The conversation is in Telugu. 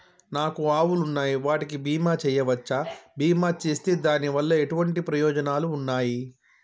నాకు ఆవులు ఉన్నాయి వాటికి బీమా చెయ్యవచ్చా? బీమా చేస్తే దాని వల్ల ఎటువంటి ప్రయోజనాలు ఉన్నాయి?